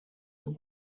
che